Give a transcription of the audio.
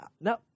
no